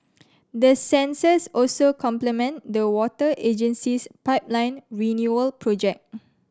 the sensors also complement the water agency's pipeline renewal project